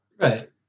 Right